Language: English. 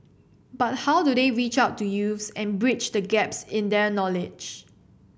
but how do they reach out to youths and bridge the gaps in their knowledge